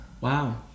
Wow